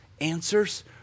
answers